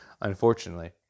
unfortunately